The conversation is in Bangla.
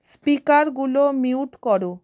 স্পিকারগুলো মিউট করো